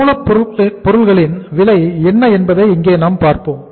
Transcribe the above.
மூலப் பொருள்களின் விலை என்ன என்பதை இங்கே நாம் பார்ப்போம்